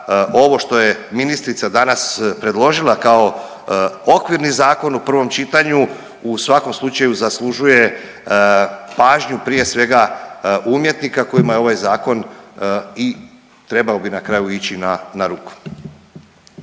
ovo što je ministrica danas predložila kao okvirni zakon u prvom čitanju u svakom slučaju zaslužuje pažnju prije svega umjetnika kojima je ovaj zakon i trebao bi na kraju ići na, na ruku.